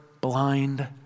blind